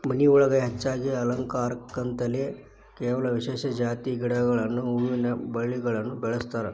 ಮನಿಯೊಳಗ ಹೆಚ್ಚಾಗಿ ಅಲಂಕಾರಕ್ಕಂತೇಳಿ ಕೆಲವ ವಿಶೇಷ ಜಾತಿ ಗಿಡಗಳನ್ನ ಹೂವಿನ ಬಳ್ಳಿಗಳನ್ನ ಬೆಳಸ್ತಾರ